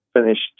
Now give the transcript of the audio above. finished